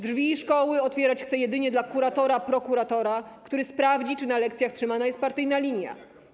Drzwi szkoły chce otwierać jedynie dla kuratora-prokuratora, który sprawdzi, czy na lekcjach trzymana jest partyjna linia.